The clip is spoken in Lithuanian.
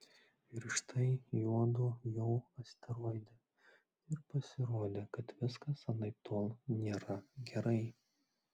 ir štai juodu jau asteroide ir pasirodė kad viskas anaiptol nėra gerai